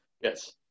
Yes